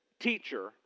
teacher